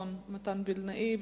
הביטחון מתן וילנאי.